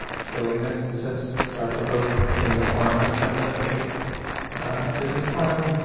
silliness to start the book in the form of kind of a fake business plan.